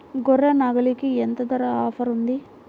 గొర్రె, నాగలికి ఎంత ధర ఆఫర్ ఉంది?